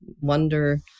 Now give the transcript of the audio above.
wonder